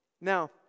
Now